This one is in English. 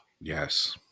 Yes